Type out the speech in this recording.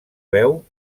veu